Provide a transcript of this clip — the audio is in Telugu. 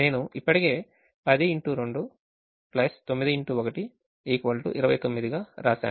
నేను ఇప్పటికే 10 x 2 9 x 1 29 గా వ్రాశాను